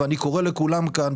ואני קורא לכולם כאן,